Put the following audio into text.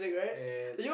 at